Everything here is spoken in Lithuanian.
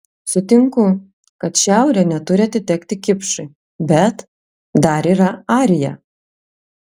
sutinku kad šiaurė neturi atitekti kipšui bet dar yra arija